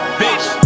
bitch